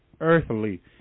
earthly